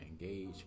engage